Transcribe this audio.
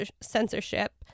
censorship